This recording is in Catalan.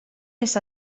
les